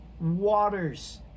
waters